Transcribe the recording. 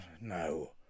no